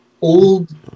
old